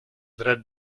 drets